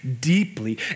deeply